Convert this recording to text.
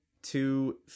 Two